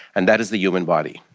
and that is the human body,